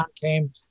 came